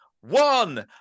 One